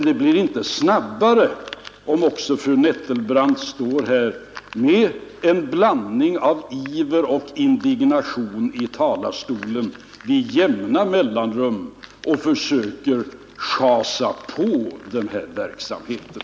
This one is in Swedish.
Det går inte snabbare om fru Nettelbrandt med jämna mellanrum står här i talarstolen och med en blandning av iver och indignation försöker schasa på verksamheten.